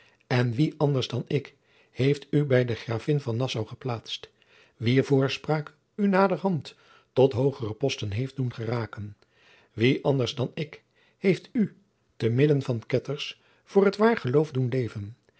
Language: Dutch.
en wie anders dan ik heeft u bij de gravin van nassau geplaatst wier voorspraak u naderhand tot hoogere posten heeft doen geraken wie anders dan ik heeft u te midden van ketters voor t waar geloof doen leven